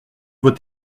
vos